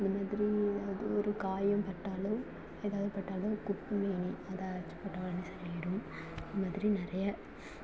அந்த மாதிரி எதாவது ஒரு காயம் பட்டாலோ எதாவது பட்டாலோ குப்பைமேனி அதை அரைச்சி போட்டா உடனே சரியாயிவிடும் அந்த மாதிரி நிறைய